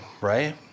Right